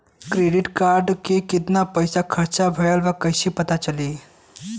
Credit card के कितना पइसा खर्चा भईल बा कैसे पता चली?